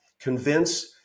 convince